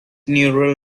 neural